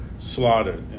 slaughtered